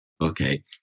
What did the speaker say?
Okay